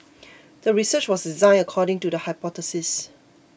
the research was designed according to the hypothesis